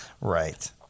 Right